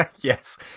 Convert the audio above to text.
Yes